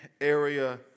area